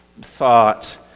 thought